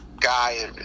guy